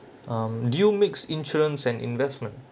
um do you mix insurance and investment